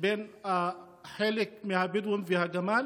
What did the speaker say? בין חלק מהבדואים והגמל.